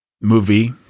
movie